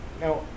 now